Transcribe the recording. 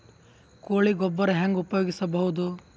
ಕೊಳಿ ಗೊಬ್ಬರ ಹೆಂಗ್ ಉಪಯೋಗಸಬಹುದು?